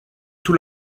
tout